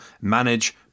manage